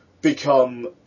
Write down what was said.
become